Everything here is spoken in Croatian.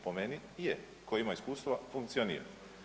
Po meni je, ko ima iskustva funkcionira.